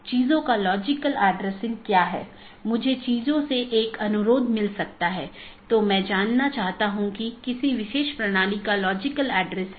सत्र का उपयोग राउटिंग सूचनाओं के आदान प्रदान के लिए किया जाता है और पड़ोसी जीवित संदेश भेजकर सत्र की स्थिति की निगरानी करते हैं